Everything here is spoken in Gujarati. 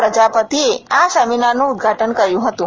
પ્રજાપતિએ આ સેમિનારનું ઉદ્ઘાટન કર્યું હતું